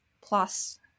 plus